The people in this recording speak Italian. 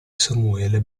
samuele